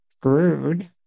screwed